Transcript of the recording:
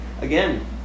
again